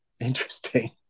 interesting